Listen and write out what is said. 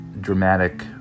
dramatic